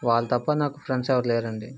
వాళ్ళు తప్ప నాకు ఫ్రెండ్స్ ఎవరు లేరు అండి